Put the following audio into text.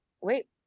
Wait